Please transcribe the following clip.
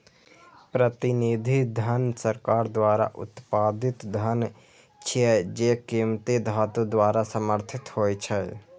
प्रतिनिधि धन सरकार द्वारा उत्पादित धन छियै, जे कीमती धातु द्वारा समर्थित होइ छै